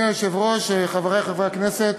אדוני היושב-ראש, חברי חברי הכנסת,